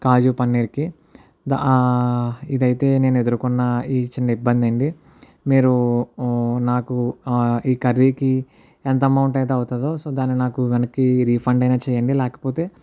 కాజు పన్నీర్కి ఇదైతే నేను ఎదుర్కొన్న ఈ చిన్న ఇబ్బందండి మీరు నాకు ఈ కర్రీకి ఎంత అమౌంట్ అయితే అవుతుందో సో దాన్ని నాకు వెనక్కి రీఫండ్ అయినా చెయ్యండి లేకపోతే